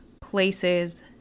places